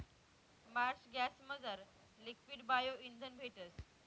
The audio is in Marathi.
मार्श गॅसमझार लिक्वीड बायो इंधन भेटस